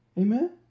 Amen